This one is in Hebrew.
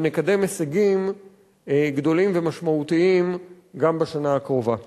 ונקדם הישגים גדולים ומשמעותיים גם בשנה הקרובה.